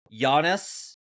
Giannis